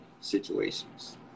situations